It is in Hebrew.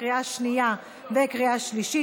לקריאה שנייה וקריאה שלישית.